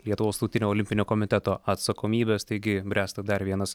lietuvos tautinio olimpinio komiteto atsakomybės taigi bręsta dar vienas